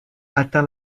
atteint